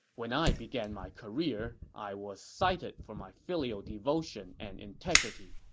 when i began my career, i was cited for my filial devotion and integrity.